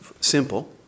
Simple